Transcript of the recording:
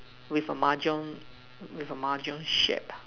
with a mahjong with a mahjong shape ah